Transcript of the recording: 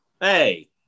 Hey